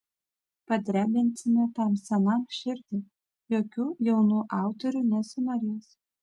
padrebinsime tam senam širdį jokių jaunų autorių nesinorės